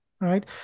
right